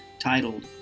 titled